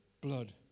blood